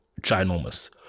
ginormous